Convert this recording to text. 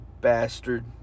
bastard